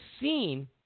seen